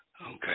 Okay